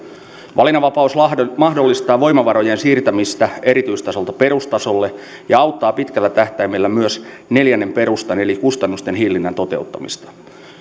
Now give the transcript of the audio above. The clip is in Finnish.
valinnanvapaus mahdollistaa voimavarojen siirtämistä erityistasolta perustasolle ja auttaa pitkällä tähtäimellä myös neljännen perustan eli kustannusten hillinnän toteuttamista